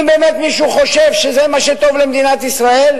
אם באמת מישהו חושב שזה מה שטוב למדינת ישראל,